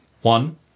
One